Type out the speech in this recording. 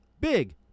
Big